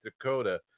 Dakota